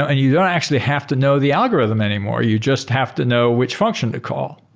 ah you don't actually have to know the algorithm anymore. you just have to know which function to call.